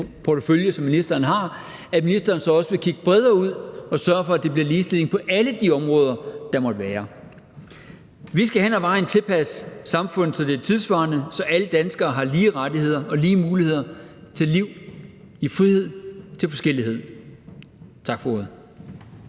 portefølje, som ministeren har, så også vil kigge bredere ud og sørge for, at der bliver ligestilling på alle de områder, der måtte være. Vi skal hen ad vejen tilpasse samfundet, så det er tidssvarende, så alle danskere har lige rettigheder og lige muligheder til liv i frihed, til forskellighed. Tak for ordet.